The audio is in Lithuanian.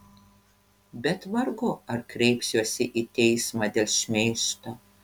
bet vargu ar kreipsiuosi į teismą dėl šmeižto